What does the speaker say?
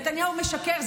נתניהו משקר.